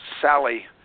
Sally –